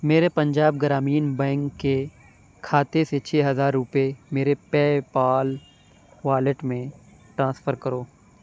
میرے پنجاب گرامین بینک کے کھاتے سے چھ ہزار روپے میرے پے پال والیٹ میں ٹرانسفر کرو